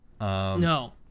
No